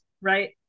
right